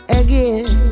again